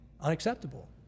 Unacceptable